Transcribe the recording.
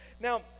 Now